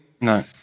No